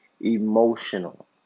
emotional